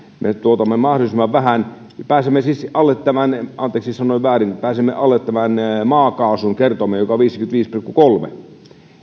me tuotamme mahdollisimman vähän pääsemme siis alle tämän anteeksi sanoin väärin pääsemme alle tämän maakaasun kertoimen joka on viisikymmentäviisi pilkku kolme